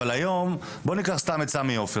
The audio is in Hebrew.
אבל בוא ניקח את סמי עופר.